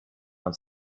man